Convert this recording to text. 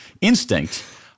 instinct